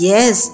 Yes